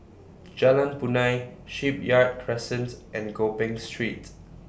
Jalan Punai Shipyard Crescent and Gopeng Street